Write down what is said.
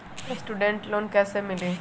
Student loan कैसे मिली?